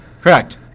Correct